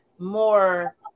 more